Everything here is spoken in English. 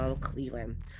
Cleveland